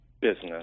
business